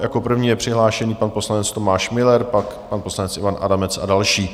Jako první je přihlášený pan poslanec Tomáš Müller, pak pan poslanec Ivan Adamec a další.